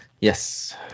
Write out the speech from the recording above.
Yes